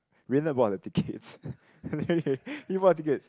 Rayna bought the tickets really he bought tickets